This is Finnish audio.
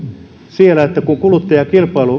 kun